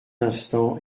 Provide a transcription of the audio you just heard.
instant